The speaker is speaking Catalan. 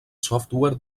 software